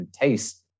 taste